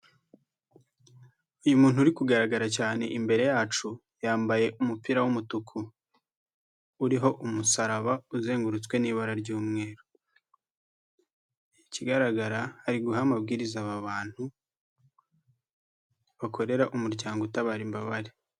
Uyu muntu uri kugaragara cyane imbere yacu yambaye umupira w'umutuku. Uriho umusaraba uzengurutswe n'ibara ry'umweru. Ikigaragara ari guha amabwiriza aba bantu, bakorera umuryango utabara imbabare.